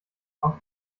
auf